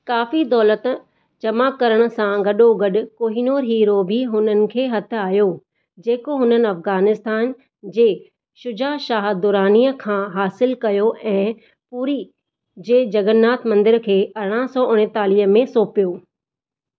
काफ़ी दौलति जमा करण सां गॾोगॾु कोहिनूर हीरो भी हुननि खे हथ आयो जेको हुननि अफ़ग़ानिस्तान जे शुजा शाह दुर्रानी खां हासिलु कयो ऐं पूरी जे जगन्नाथ मंदिर खे अरिड़हां सौ उणितालीय में सौपियो